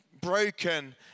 broken